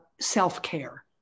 self-care